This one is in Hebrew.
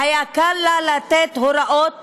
והיה קל לה לתת הוראות